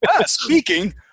speaking